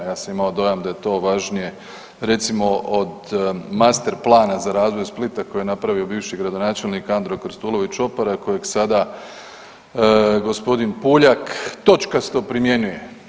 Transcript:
Ja sam imao dojam da je to važnije recimo od master plana za razvoj Splita koji je napravio bivši gradonačelnik Andro Krstulović Opara i kojeg sada g. Puljak točkasto primjenjuje.